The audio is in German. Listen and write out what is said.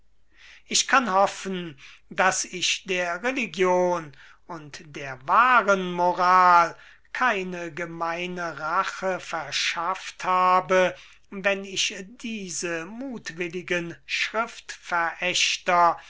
ich kann hoffen daß ich der religion und der wahren moral keine gemeine rache verschafft habe wenn ich diese muthwillige